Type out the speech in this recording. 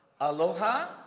Aloha